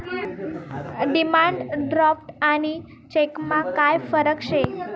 demand draft आणि चेकमा काय फरक शे